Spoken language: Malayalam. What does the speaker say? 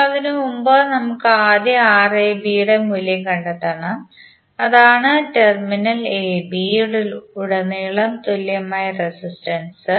ഇപ്പോൾ അതിനുമുമ്പ് നമ്മൾ ആദ്യം Rab യുടെ മൂല്യം കണ്ടെത്തണം അതാണ് ടെർമിനൽ എബി യിലുടനീളം തുല്യമായ റെസിസ്റ്റൻസ്